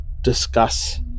discuss